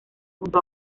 junto